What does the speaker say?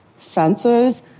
sensors